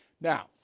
Now